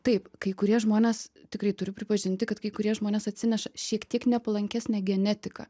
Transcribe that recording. taip kai kurie žmonės tikrai turiu pripažinti kad kai kurie žmonės atsineša šiek tiek nepalankesnę genetiką